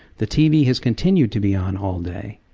the tv has continued to be on all day.